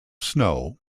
snow